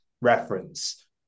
reference